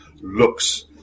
looks